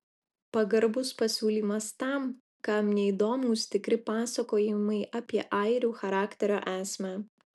pagarbus pasiūlymas tam kam neįdomūs tikri pasakojimai apie airių charakterio esmę